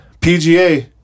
PGA